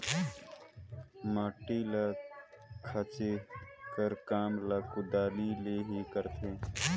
माटी ल खाचे कर काम ल कुदारी ले ही करथे